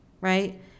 Right